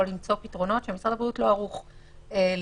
למצוא פתרונות שמשרד הבריאות לא ערוך למצוא,